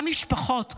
גם משפחות כהן,